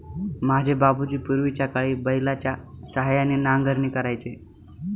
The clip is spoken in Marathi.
माझे बाबूजी पूर्वीच्याकाळी बैलाच्या सहाय्याने नांगरणी करायचे